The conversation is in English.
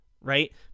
right